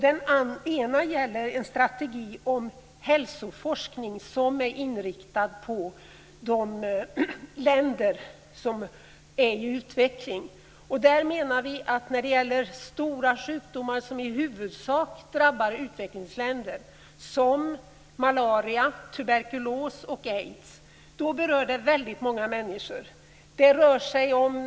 Den ena gäller en strategi om hälsoforskning som är inriktad på de länder som är i utveckling. De stora sjukdomar som i huvudsak drabbar utvecklingsländer, som malaria, tuberkulos och aids berör väldigt många människor.